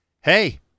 hey